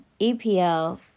EPL